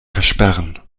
versperren